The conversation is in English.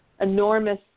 enormous